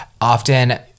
often